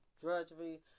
drudgery